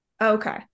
Okay